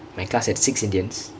my class had six indians